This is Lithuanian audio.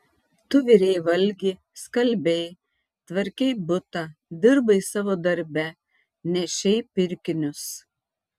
tu virei valgi skalbei tvarkei butą dirbai savo darbe nešei pirkinius